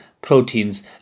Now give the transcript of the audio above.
proteins